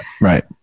right